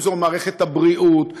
אם זו מערכת הבריאות,